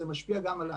זה משפיע גם עלי.